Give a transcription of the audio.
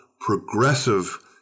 progressive